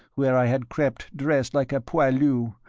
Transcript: where i had crept dressed like a poilu,